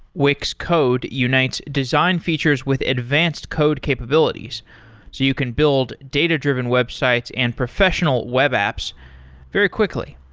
wix code unites design features with advanced code capabilities, so you can build data-driven websites and professional web apps very quickly.